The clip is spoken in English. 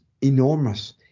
enormous